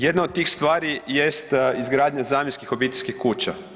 Jedna od tih stvari jest izgradnja zamjenskih obiteljskih kuća.